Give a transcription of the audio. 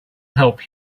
help